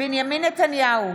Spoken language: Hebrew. בנימין נתניהו,